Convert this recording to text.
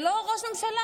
זה לא ראש הממשלה,